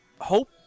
hope